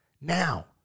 now